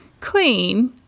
clean